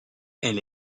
elle